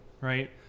right